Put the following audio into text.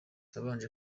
nabanje